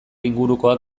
ingurukoak